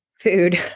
Food